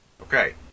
okay